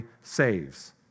saves